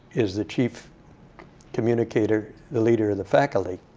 is the chief communicator, the leader of the faculty.